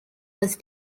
was